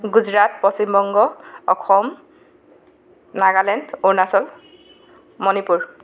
Gujarat Paschimbanga Assam Nagaland Arunachal Manipur